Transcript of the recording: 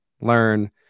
learn